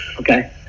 Okay